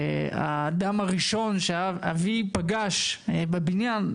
האדם הראשון שאבי פגש בבניין,